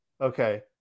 Okay